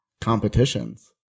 competitions